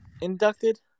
inducted